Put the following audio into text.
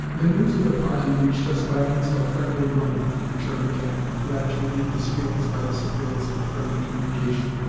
the news of the party reached us by means of a friendly runner, returned the captain, glad to relieve his feelings by this appearance of a friendly communication,